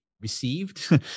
received